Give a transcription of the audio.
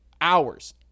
hours